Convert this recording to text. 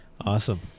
Awesome